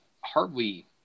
hardly